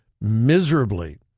miserably